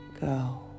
go